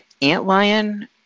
antlion